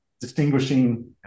distinguishing